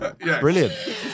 Brilliant